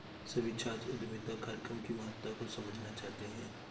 सभी छात्र उद्यमिता कार्यक्रम की महत्ता को समझना चाहते हैं